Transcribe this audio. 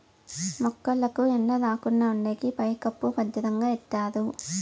మొక్కలకు ఎండ రాకుండా ఉండేకి పైకప్పు భద్రంగా ఎత్తారు